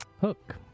hook